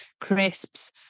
crisps